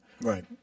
Right